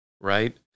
right